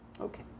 Okay